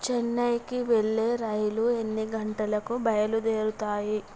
చెన్నైకి వెళ్ళే రైలు ఎన్ని గంటలకు బయలుదేరుతాయి